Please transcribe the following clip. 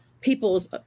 people's